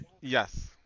Yes